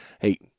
hey